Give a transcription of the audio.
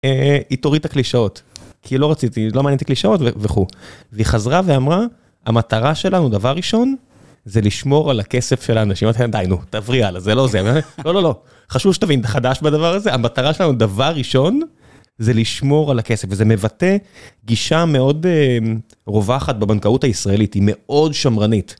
היא תורית הכלישאות, כי היא לא מעניינתי כלישאות, והיא חזרה ואמרה, המטרה שלנו, דבר ראשון, זה לשמור על הכסף של האנשים עד היינו, תבריאה, זה לא זה, לא, לא, לא. חשוב שתבין, חדש בדבר הזה, המטרה שלנו, דבר ראשון, זה לשמור על הכסף, וזה מבטא גישה מאוד רווחת בבנקאות הישראלית, היא מאוד שמרנית.